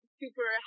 super